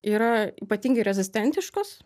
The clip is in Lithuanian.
yra ypatingai rezistentiškos